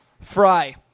Fry